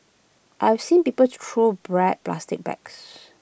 I've seen people throw bread plastic bags